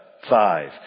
Five